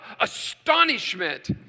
astonishment